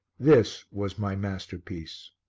this was my masterpiece